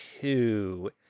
two